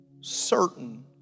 certain